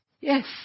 Yes